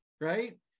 right